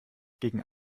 gegen